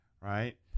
Right